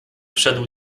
wszedł